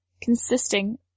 consisting